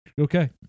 okay